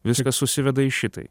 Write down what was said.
viskas susiveda į šitai